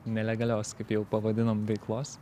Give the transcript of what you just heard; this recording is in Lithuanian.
nelegalios kaip jau pavadinom veiklos